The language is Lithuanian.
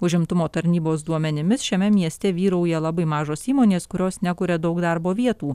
užimtumo tarnybos duomenimis šiame mieste vyrauja labai mažos įmonės kurios nekuria daug darbo vietų